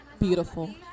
Beautiful